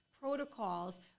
protocols